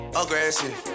aggressive